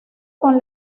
con